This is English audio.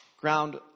Ground